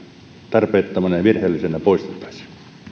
tarpeettomana ja virheellisenä poistettaisiin